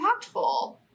impactful